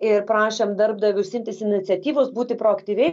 ir prašėm darbdavius imtis iniciatyvos būti proaktyviai